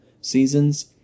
seasons